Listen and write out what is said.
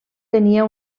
tenia